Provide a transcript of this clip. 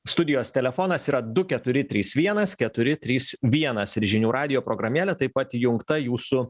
studijos telefonas yra du keturi trys vienas keturi trys vienas ir žinių radijo programėlė taip pat įjungta jūsų